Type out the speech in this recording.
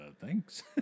thanks